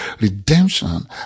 Redemption